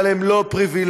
אבל הם לא פריבילגים.